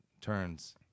turns